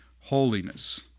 holiness